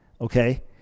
okay